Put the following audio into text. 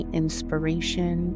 inspiration